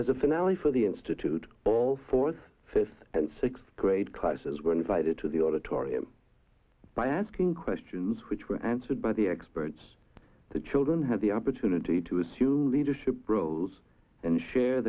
a finale for the institute all fourth fifth and sixth grade classes were invited to the auditorium by asking questions which were answered by the experts the children have the opportunity to assume leadership roles and share